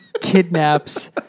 Kidnaps